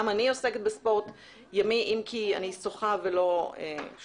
גם אני עוסקת בספורט ימי אם כי אני שוחה ולא שטה.